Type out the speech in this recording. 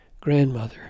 grandmother